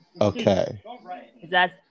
Okay